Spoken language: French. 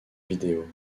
vidéo